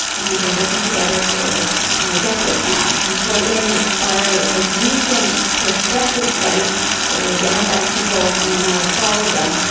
and we've and been working together for a um ah decade now. and so in our most recent prospective study where we identified people and then now we've followed them,